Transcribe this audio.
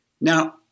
Now